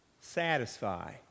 satisfy